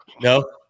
No